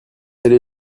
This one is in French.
allé